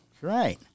right